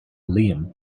liam